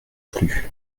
plus